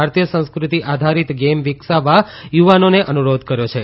ભારતીય સંસ્કૃતિ આધારિત ગેમ વિકસાવવા યુવાનોને અનુરોધ કર્યો છે